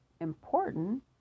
important